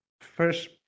First